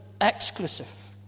exclusive